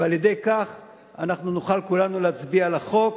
ועל-ידי כך נוכל כולנו להצביע על החוק,